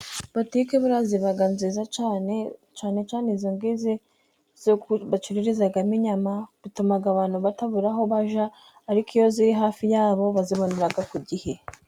Butiki buriya ziba nziza cyane, cyane cyane izo ngizo bacururizamo inyama, bitumaga abantu batabura aho bajya, ariko iyo ziri hafi ya bo bazibonera ku gihe.